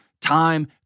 time